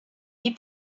die